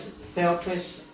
selfish